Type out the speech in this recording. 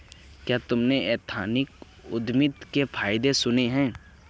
क्या तुमने एथनिक उद्यमिता के फायदे सुने हैं?